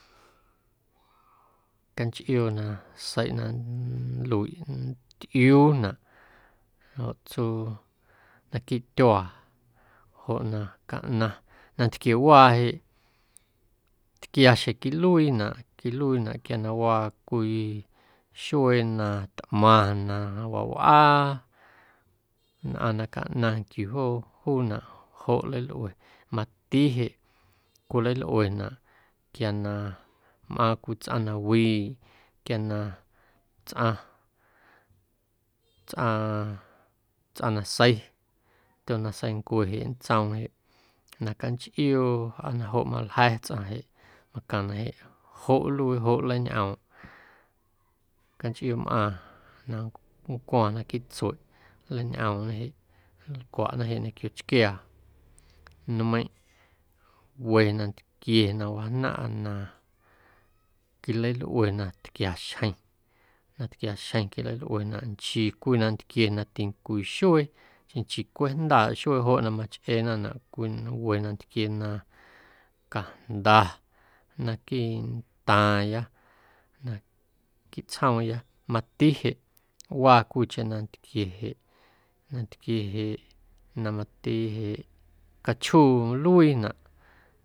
Canchiꞌoo na seiꞌ na nluiꞌ nntꞌiuunaꞌ joꞌ tsuu naquiiꞌ tyuaa joꞌ na caꞌnaⁿ nantquiewaa jeꞌ tquiaxjeⁿ quiluiinaꞌ, quiluiinaꞌ quia na waa cwii xuee na tꞌmaⁿ na wawꞌaa nnꞌaⁿ na caꞌnaⁿ nquiu joo juunaꞌ joꞌ nleilꞌue mati jeꞌ cwilalꞌuenaꞌ quia na mꞌaaⁿ cwii tsꞌaⁿ na wiiꞌ quia na tsꞌaⁿ, tsꞌaⁿ, tsꞌaⁿ nasei tyonaseincue nntsoom jeꞌ na canchꞌioo aa na joꞌ malja̱ tsꞌaⁿ jeꞌ macaⁿnaꞌ jeꞌ joꞌ nluii, joꞌ nleiñꞌoomꞌ canchꞌioomꞌaaⁿ na nncwo̱o̱ⁿ naquiiꞌ tsueꞌ nleiñꞌoomñe jeꞌ nlcwaꞌna jeꞌ ñequio chquiaa nmeiⁿ we nantquie na wajnaⁿꞌa na quilalꞌue na tquiaxjeⁿ na tquiaxjeⁿ quilalꞌuenaꞌ nchii cwii nantquie na ticwii xuee xeⁿ nchii cweꞌjndaaꞌ xuee joꞌ na machꞌeenaꞌnaꞌ cwii we nantquie na cajnda naquiiꞌntaaⁿya naquiiꞌ tsjoomya. Mati jeꞌ waa cwiicheⁿ nantquie jeꞌ nantquie jeꞌ na mati jeꞌ cachjuu nluiinaꞌ.